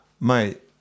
mate